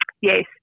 Yes